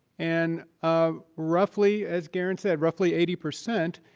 and um roughly, as garen said, roughly eighty percent